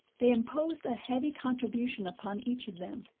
they imposed a heavy contribution upon each of them.